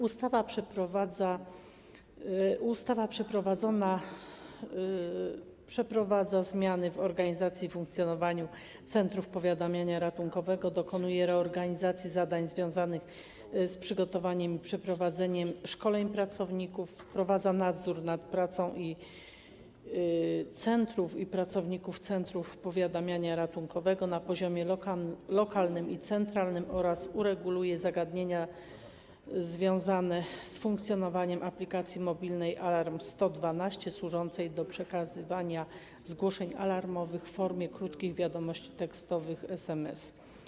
Ustawa wprowadza zmiany w organizacji i funkcjonowaniu centrów powiadamiania ratunkowego, dokonuje reorganizacji zadań związanych z przygotowaniem i przeprowadzeniem szkoleń pracowników, wprowadza nadzór nad pracą centrów i pracowników centrów powiadamiania ratunkowego na poziomie lokalnym i centralnym oraz reguluje zagadnienia związane z funkcjonowaniem aplikacji mobilnej Alarm 112 służącej do przekazywania zgłoszeń alarmowych w formie krótkich wiadomości tekstowych sms.